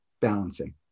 balancing